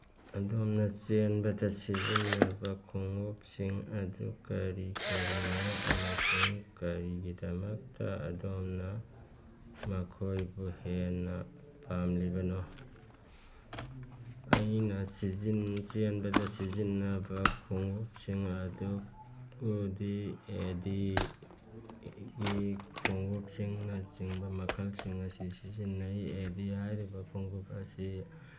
ꯑꯗꯣꯝꯅ ꯆꯦꯟꯕꯗ ꯁꯤꯖꯤꯟꯅꯕ ꯈꯣꯡꯎꯞꯁꯤꯡ ꯑꯗꯨ ꯀꯔꯤ ꯀꯔꯤꯅꯣ ꯑꯃꯁꯨꯡ ꯀꯔꯤꯒꯤꯗꯃꯛꯇ ꯑꯗꯣꯝꯅ ꯃꯈꯣꯏꯕꯨ ꯍꯦꯟꯅ ꯄꯥꯝꯂꯤꯕꯅꯣ ꯑꯩꯅ ꯆꯦꯟꯕꯗ ꯁꯤꯖꯤꯟꯅꯕ ꯈꯣꯡꯎꯞꯁꯤꯡ ꯑꯗꯨ ꯀꯨꯗꯤ ꯑꯦꯗꯤ ꯈꯣꯡꯎꯞꯁꯤꯡꯅꯆꯤꯡꯕ ꯃꯈꯜꯁꯤꯡ ꯑꯁꯤ ꯁꯤꯖꯤꯟꯅꯩ ꯑꯦꯗꯤ ꯍꯥꯏꯔꯤꯕ ꯈꯣꯡꯎꯞ ꯑꯁꯤ